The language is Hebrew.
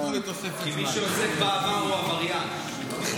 כי מי שעוסק בעבר הוא עבריין.